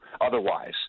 otherwise